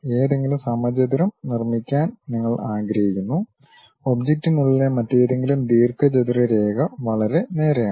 ഏതെങ്കിലും സമചതുരം നിർമ്മിക്കാൻ നിങ്ങൾ ആഗ്രഹിക്കുന്നു ഒബ്ജക്റ്റിനുള്ളിലെ മറ്റേതെങ്കിലും ദീർഘചതുരരേഖ വളരെ നേരെയാണ്